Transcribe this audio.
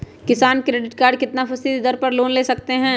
किसान credit card कितना फीसदी दर पर लोन ले सकते हैं?